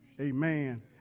amen